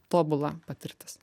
tobula patirtis